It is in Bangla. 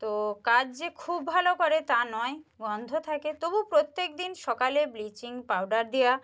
তো কাজ যে খুব ভালো করে তা নয় গন্ধ থাকে তবু প্রত্যেকদিন সকালে ব্লিচিং পাউডার দেওয়া